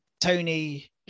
Tony